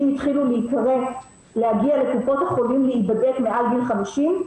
התחילו להקרא להגיע לקופות החולים להיבדק מעל גיל 50,